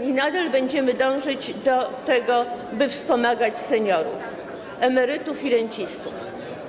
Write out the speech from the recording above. i nadal będziemy dążyć, do tego, by wspomagać seniorów, emerytów i rencistów.